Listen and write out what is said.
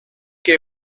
que